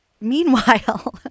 Meanwhile